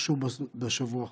שהתרחשו בשבוע החולף.